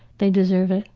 they deserve it.